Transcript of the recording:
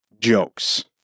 jokes